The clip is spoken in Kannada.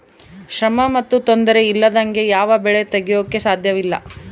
ಶ್ರಮ ಮತ್ತು ತೊಂದರೆ ಇಲ್ಲದಂಗೆ ಯಾವ ಬೆಳೆ ತೆಗೆಯಾಕೂ ಸಾಧ್ಯಇಲ್ಲ